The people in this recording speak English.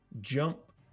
jump